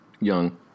Young